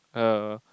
err